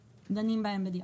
בדיעבד.